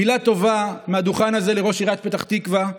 מילה טובה מהדוכן הזה לראש עיריית פתח תקווה,